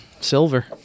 silver